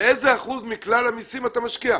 באיזה אחוז מכלל המסים אתה משקיע?